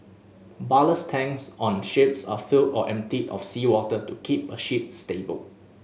ballast tanks on ships are filled or emptied of seawater to keep a ship stable